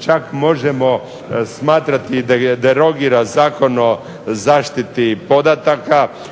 čak možemo smatrati derogira Zakon o zaštiti podataka,